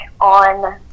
on